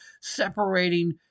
separating